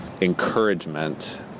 encouragement